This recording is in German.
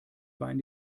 wein